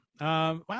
wow